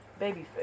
Babyface